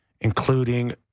including